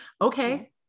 Okay